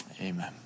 Amen